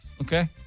Okay